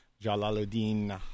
Jalaluddin